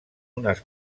unes